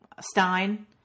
Stein